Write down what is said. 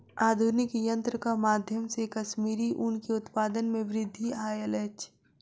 आधुनिक यंत्रक माध्यम से कश्मीरी ऊन के उत्पादन में वृद्धि आयल अछि